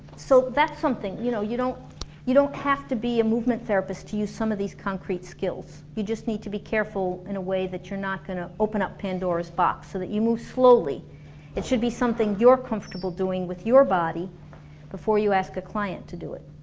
so that's something, you know, you don't you don't have to be a movement therapist to use some of these concrete skills you just need to be careful in a way that you're not gonna open up pandora's box, so that you move slowly it should be something you're comfortable doing with your body before you ask a client to do it